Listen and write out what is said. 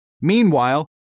Meanwhile